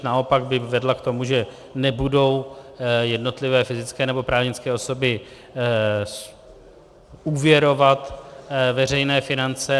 Naopak by vedla k tomu, že nebudou jednotlivé fyzické nebo právnické osoby úvěrovat veřejné finance.